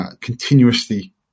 continuously